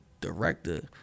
director